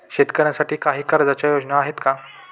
शेतकऱ्यांसाठी काही कर्जाच्या योजना आहेत का?